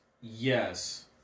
Yes